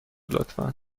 لطفا